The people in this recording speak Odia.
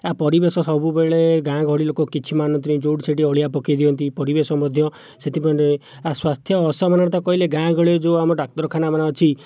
ଏହା ପରିବେଶ ସବୁବେଳେ ଗାଁ ଗହଳି ଲୋକ କିଛି ମାନନ୍ତି ନାହିଁ ଯେଉଁଠି ସେଠି ଅଳିଆ ପକାଇଦିଅନ୍ତି ପରିବେଶ ମଧ୍ୟ ସେଥିପାଇଁ ଗୋଟିଏ ସ୍ୱାସ୍ଥ୍ୟ ଅସମାନତା କହିଲେ ଗାଁ ଗହଳିର ଯେଉଁ ଆମ ଡାକ୍ତରଖାନାମାନ ଅଛି